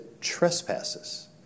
trespasses